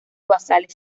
basales